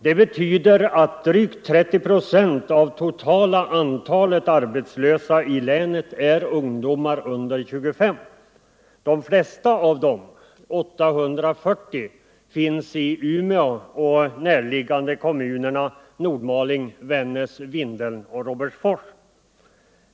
Det betyder att drygt 30 procent av totala antalet arbetslösa i länet är ungdomar under 25 år. De flesta av dem — 840 — är bosatta i Umeå och de närliggande kommunerna Nordmaling, Vännäs, Vindeln och Robertsfors.